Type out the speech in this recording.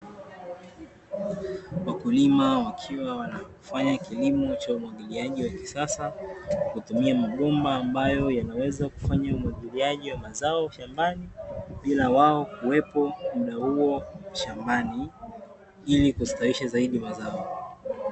Wakulima wakiwa wanafanya kilimo cha umwagiliaji wa kisasa kutumia mabomba ambayo yanaweza kufanya umwagiliaji wa mazao shambani bila wao kuwepo mda huo shambani ili kustawisha zaidi mazao.